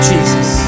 Jesus